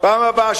פעם הבאה.